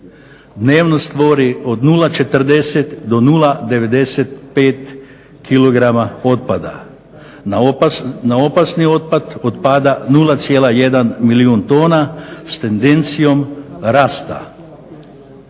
dnevno stvori od 0,40 do 0,95 kg otpada. Na opasni otpad otpada 0,1 milijun tona s tendencijom rasta.